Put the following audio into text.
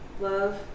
Love